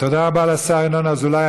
תודה רבה לחבר הכנסת ינון אזולאי.